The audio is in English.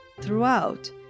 Throughout